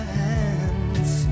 hands